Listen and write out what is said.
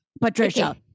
Patricia